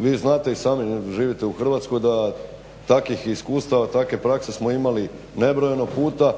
vi znate i sami, živite u Hrvatskoj da takvih iskustava, takve prakse smo imali nebrojeno puta.